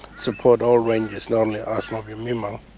supports all rangers, not only us mob in mimal